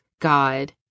God